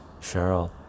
Cheryl